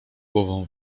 głową